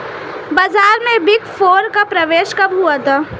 बाजार में big four का प्रवेश कब हुआ था?